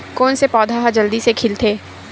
कोन से पौधा ह जल्दी से खिलथे?